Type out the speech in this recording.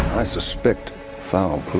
i suspect foul play.